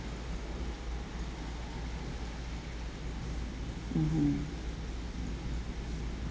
mmhmm